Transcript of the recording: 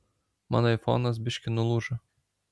mano aifonas biškį nulūžo